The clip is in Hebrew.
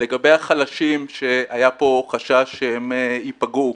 לגבי החלשים שהיה פה חשש שהם ייפגעו,